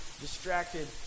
distracted